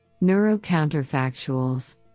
Neuro-Counterfactuals